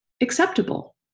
acceptable